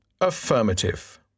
Affirmative